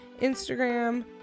Instagram